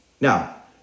Now